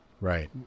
Right